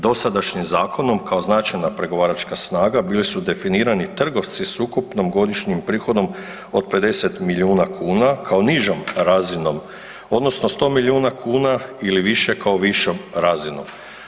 Dosadašnjim zakonom kao značajna pregovaračka snaga, bili su definirani trgovci s ukupnim godišnjim prohodom od 50 milijuna kn kao nižom razinom odnosno 100 milijuna kn ili više kao višom razinom.